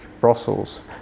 Brussels